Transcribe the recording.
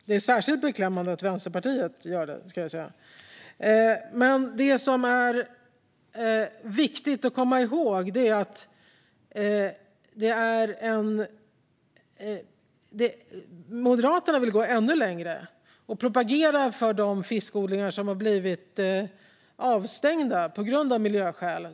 Det är särskilt beklämmande att Vänsterpartiet gör det. Moderaterna vill gå ännu längre och propagerar för de fiskodlingar som har stängts av miljöskäl.